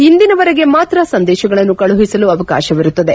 ಇಂದಿನವರೆಗೆ ಮಾತ್ರ ಸಂದೇಶಗಳನ್ನು ಕಳುಹಿಸಲು ಅವಕಾಶವಿರುತ್ಲದೆ